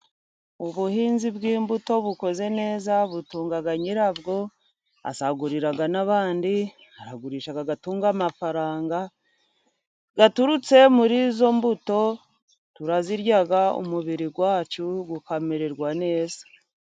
Ubuhinzi bw'imbuto bukoze neza butunga nyirabwo, asagurira n'abandi aragurisha agatunga amafaranga aturutse muri izo mbuto. Turazirya umubiri wacu ukamererwa neza.